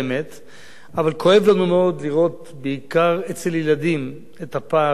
אבל כואב לנו מאוד לראות בעיקר אצל ילדים את הפער בין עני לעשיר.